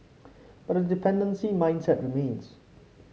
but the dependency mindset remains